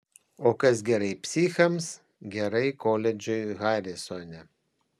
o kas gerai psichams gerai koledžui harisone